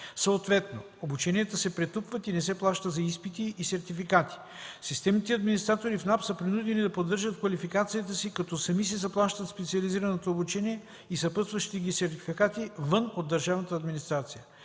Съответно обученията се претупват и не се плаща за изпити и сертификати. Системните администратори в НАП са принудени да поддържат квалификацията си, като сами си заплащат специализираното обучение и съпътстващите го сертификати, вън от държавната администрация.